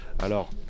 Alors